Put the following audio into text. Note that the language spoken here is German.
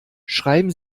schreiben